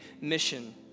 mission